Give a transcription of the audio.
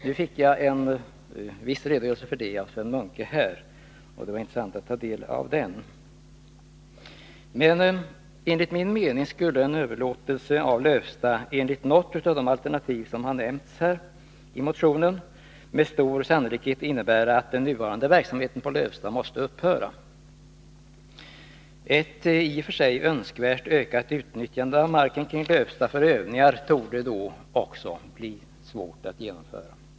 Nu fick jag här en viss redogörelse för detta av Sven Munke, och det var intressant att ta del av den. Men enligt min uppfattning skulle en överlåtelse av Lövsta, enligt något av de alternativ som har nämnts i motionen, med stor sannolikhet innebära att den nuvarande verksamheten på Lövsta måste upphöra. Ett i och för sig önskvärt ökat utnyttjande av marken kring Lövsta för övningar torde då också bli svårt att genomföra.